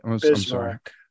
Bismarck